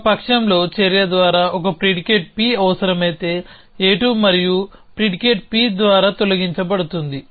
ఒక పక్షంలో చర్య ద్వారా ఒక ప్రిడికేట్ P అవసరమైతేa2 మరియు ప్రిడికేట్ P ద్వారా తొలగించబడుతుంది